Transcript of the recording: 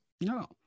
no